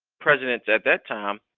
presidents at that time,